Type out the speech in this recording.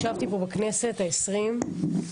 ישבתי פה בכנסת ה-20,